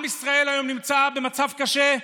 עם ישראל היום נמצא במצב קשה.